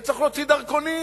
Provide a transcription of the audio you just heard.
וצריך להוציא דרכונים.